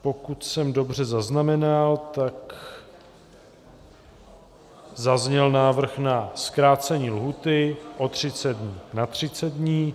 Pokud jsem dobře zaznamenal, tak zazněl návrh na zkrácení lhůty o třicet dnů na třicet dní.